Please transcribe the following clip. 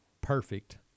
perfect